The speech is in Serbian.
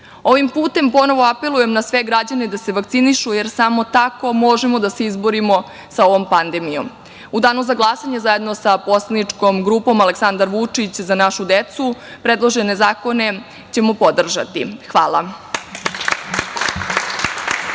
putem ponovo apelujem na sve građane da se vakcinišu, jer samo tako možemo da se izborimo sa ovom pandemijom.U danu za glasanje zajedno sa poslaničkom grupom Aleksandar Vučić – Za našu decu predložene zakone ćemo podržati. Hvala.